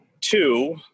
two